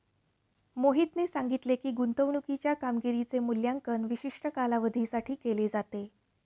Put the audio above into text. मोहितने सांगितले की, गुंतवणूकीच्या कामगिरीचे मूल्यांकन विशिष्ट कालावधीसाठी केले जाते